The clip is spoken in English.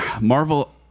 Marvel